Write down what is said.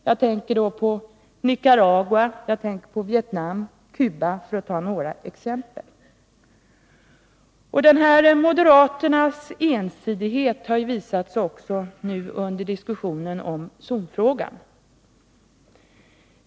Jag tänker på Nicaragua, Vietnam och Cuba, för att ta några exempel. Denna moderaternas ensidighet har visat sig också i diskussionen om zonfrågan.